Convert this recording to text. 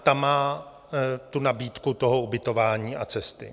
Ta má tu nabídku ubytování a cesty.